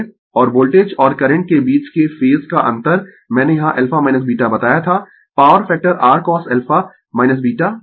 और वोल्टेज और करंट के बीच के फेज का अंतर मैंने यहाँ α β बताया था पॉवर फैक्टर r cosα β ठीक है